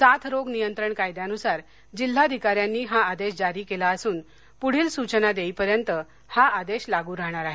साथ रोग नियंत्रण कायद्यानुसार जिल्हाधिकाऱ्यांनी हा आदेश जारी केला असून पुढील सूचना देईपर्यंत हा आदेश लागू राहणार आहे